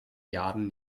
jahren